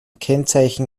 kennzeichen